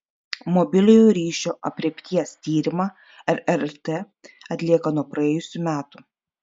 mobiliojo ryšio aprėpties tyrimą rrt atlieka nuo praėjusių metų